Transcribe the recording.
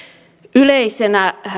yleisenä